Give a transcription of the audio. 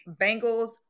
Bengals